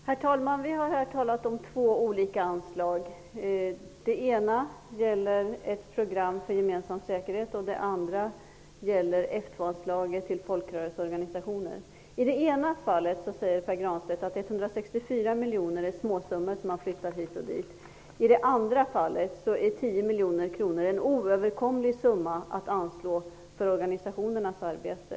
Herr talman! Vi har i denna debatt talat om två olika anslag. Det ena anslaget gäller ett program för gemensam säkerhet, och det andra gäller F 2 I det ena fallet säger Pär Granstedt att 164 miljoner kronor är småsummor som flyttas hit och dit. I det andra fallet är 10 miljoner kronor en oöverkomlig summa att anslå till frivilligorganisationernas arbete.